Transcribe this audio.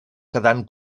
quedant